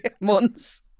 months